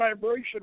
vibration